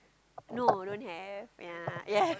no don't have ya yeah